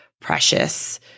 precious